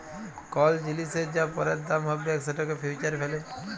call জিলিসের যা পরের দাম হ্যবেক সেটকে ফিউচার ভ্যালু ব্যলে